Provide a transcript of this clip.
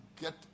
get